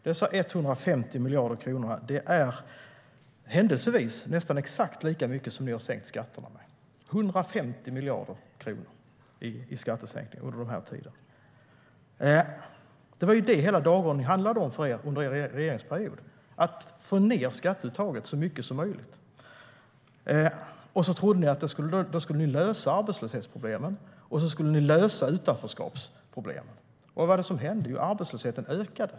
Dessa 150 miljarder är händelsevis nästan exakt lika mycket som ni har sänkt skatterna med - 150 miljarder i skattesänkningar under den här tiden. Under hela er regeringsperiod handlade er dagordning om att få ned skatteuttaget så mycket som möjligt. Så trodde ni att ni skulle lösa arbetslöshetsproblemen och utanförskapsproblemen. Vad var det som hände? Jo, arbetslösheten ökade.